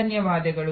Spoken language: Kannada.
ಧನ್ಯವಾದಗಳು